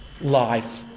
life